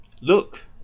Look